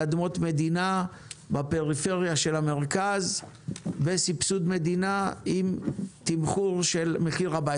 על אדמות מדינה בפריפריה של המרכז וסבסוד מדינה עם תמחור של מחיר הבית.